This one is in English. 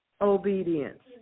Obedience